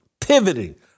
pivoting